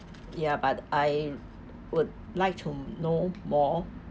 ya but I would like to know more